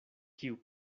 kiu